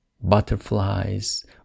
butterflies